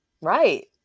right